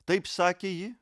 taip sakė ji